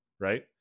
right